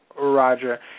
Roger